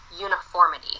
uniformity